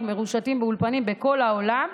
אנחנו מרושתים באולפנים בכל העולם,